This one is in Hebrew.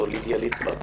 לידיה ליטבק